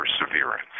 perseverance